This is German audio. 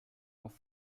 auf